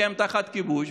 כי הם תחת כיבוש,